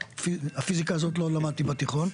הפיזיקה הזאת לא למדתי בתיכון.